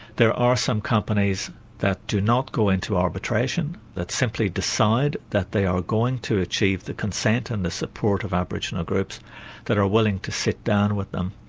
there are some companies that do not go into arbitration, that simply decide that they are going to achieve the consent and the support of aboriginal groups that are willing to sit down with them,